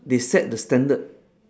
they set the standard